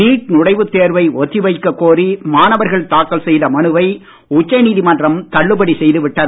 NEET நுழைவுத் தேர்வை ஒத்தி வைக்க கோரி மாணவர்கள் தாக்கல் செய்த மனுவை உச்சநீதிமன்றம் தள்ளுபடி செய்துவிட்டது